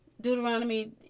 Deuteronomy